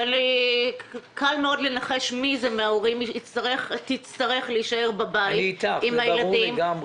קל מאוד לנחש מי מההורים תצטרך להישאר בבית עם הילדים,